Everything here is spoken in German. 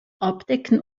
abdecken